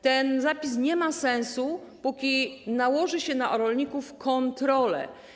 Ten zapis nie ma sensu, jeśli nałoży się na rolników kontrolę.